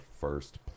first